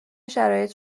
شرایط